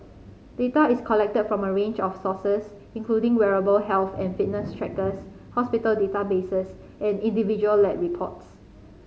data is collected from a range of sources including wearable health and fitness trackers hospital databases and individual lab reports